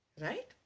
Right